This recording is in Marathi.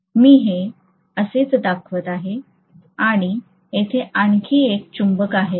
मी हे असेच दाखवित आहे आणि येथे आणखी एक चुंबक आहे